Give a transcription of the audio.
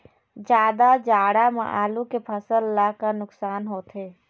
जादा जाड़ा म आलू के फसल ला का नुकसान होथे?